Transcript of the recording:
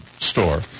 store